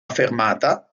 fermata